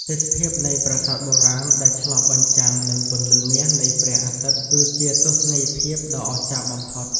ទេសភាពនៃប្រាសាទបុរាណដែលឆ្លុះបញ្ចាំងនឹងពន្លឺមាសនៃព្រះអាទិត្យគឺជាទស្សនីយភាពដ៏អស្ចារ្យបំផុត។